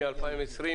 הכנסת.